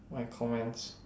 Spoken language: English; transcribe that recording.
my comments